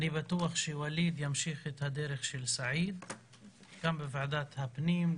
אני בטוח שווליד ימשיך את הדרך של סעיד גם בוועדת הפנים,